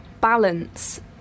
balance